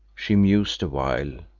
she mused a while,